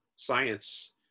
Science